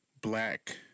black